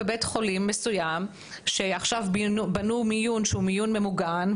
בבית חולים מסוים שעכשיו בנו מיון שהוא מיון ממוגן,